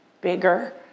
bigger